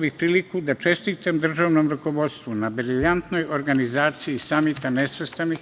bih priliku da čestitam državnom rukovodstvu na brilijantnoj organizaciji Samita nesvrstanih